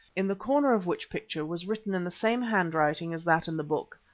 in the corner of which picture was written in the same handwriting as that in the book,